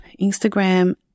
Instagram